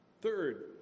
Third